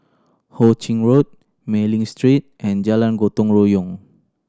Ho Ching Road Mei Ling Street and Jalan Gotong Royong